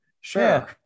Sure